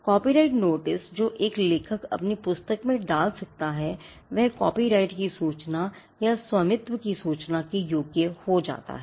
copyright notice जो एक लेखक अपनी पुस्तक में डाल सकता है वह कॉपीराइट की सूचना या स्वामित्व की सूचना के योग्य हो जाता है